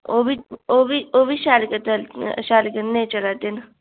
ओह् बी ओह् बी ओह् बी शैल शैल चाल्ली नेईं चला दे हैन